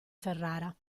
ferrara